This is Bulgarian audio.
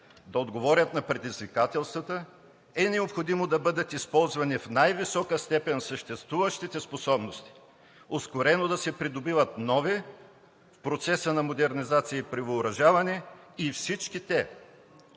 да отговорят на предизвикателствата е необходимо да бъдат използвани в най-висока степен съществуващите способности, ускорено да се придобиват нови в процеса на модернизация и превъоръжаване и всички те